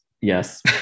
Yes